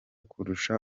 kurusha